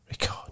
Record